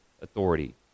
authority